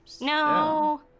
No